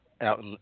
Out